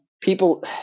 people –